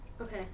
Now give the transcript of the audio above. Okay